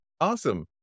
Awesome